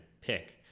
pick